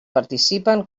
participen